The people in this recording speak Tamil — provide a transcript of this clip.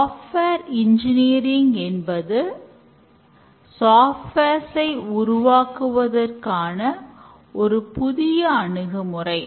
ஸ்கரம் குழு உறுப்பினர்கள் 5 முதல் 10 உறுப்பினர்களை கொண்டுள்ளனர்